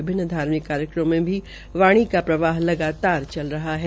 विभिन्न धार्मिक कार्यक्रमों में भी वाणी का प्रवाह लगातार चल रहा है